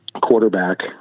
quarterback